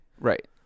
right